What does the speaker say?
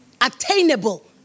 attainable